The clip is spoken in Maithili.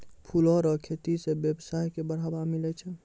फूलो रो खेती से वेवसाय के बढ़ाबा मिलै छै